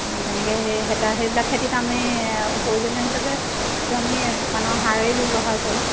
তেনেকৈ সেই সেতা সেইবিলাক খেতিত আমি প্ৰয়োজনীয় হিচাপে সেইটো আমি দোকানৰ সাৰেই ব্যৱহাৰ কৰোঁ